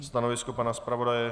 Stanovisko pana zpravodaje?